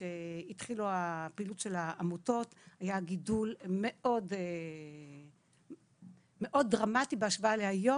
כשהתחילה הפעילות של העמותות היה גידול מאוד דרמטי בהשוואה להיום,